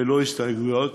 ללא הסתייגויות.